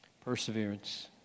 Perseverance